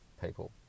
people